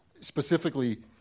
specifically